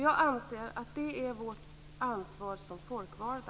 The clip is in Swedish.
Jag anser att det är vårt ansvar som folkvalda.